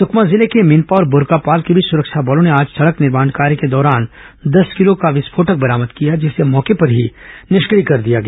सुकमा जिले के मिनपा और बुर्कापाल के बीच सुरक्षा बलों ने आज सड़क निर्माण कार्य के दौरान दस किलो का विस्फोटक बरामद किया जिसे मौके पर ही निष्क्रिय कर दिया गया